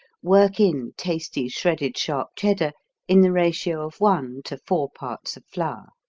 work in tasty shredded sharp cheddar in the ratio of one to four parts of flour.